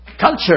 culture